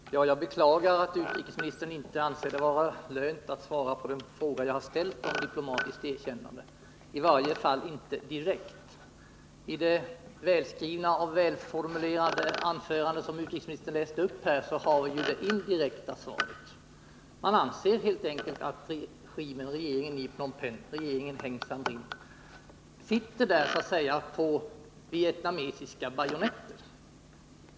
Herr talman! Jag beklagar att utrikesministern inte anser det vara lönt att svara på den fråga jag har ställt om diplomatiskt erkännande —i varje fall inte direkt. I det välskrivna och välformulerade anförande som utrikesministern läste upp har vi ju det indirekta svaret. Han anser helt enkelt att regeringen i Phnom Penh sitter där på så att säga vietnamesiska bajonetter.